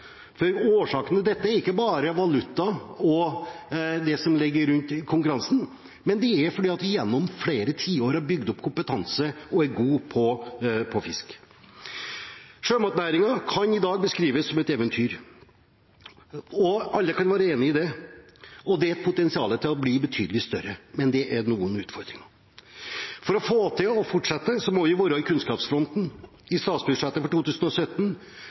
årsaken til dette er ikke bare valuta og det som går på konkurranse. Det er fordi vi gjennom flere tiår har bygget kompetanse og er god på fisk. Sjømatnæringen kan i dag beskrives som et eventyr. Alle kan være enig i det. Og næringen har et potensial til å bli betydelig større, men det er noen utfordringer. For å få til dette må vi være i kunnskapsfronten. I statsbudsjettet for 2017